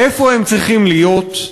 איפה הם צריכים להיות,